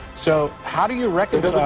so how do you recognize?